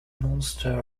monster